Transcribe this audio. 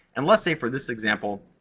and let's say, for this example,